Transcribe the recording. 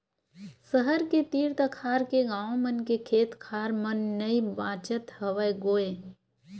सहर के तीर तखार के गाँव मन के खेत खार मन नइ बाचत हवय गोय